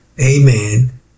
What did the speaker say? amen